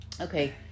Okay